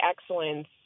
excellence